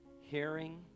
hearing